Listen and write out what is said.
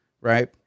Right